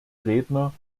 redner